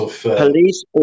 police